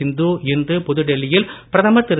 சிந்து இன்று புதுடெல்லியில் பிரதமர் திரு